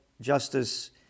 Justice